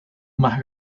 más